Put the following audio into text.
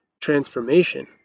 transformation